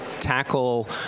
tackle